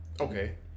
Okay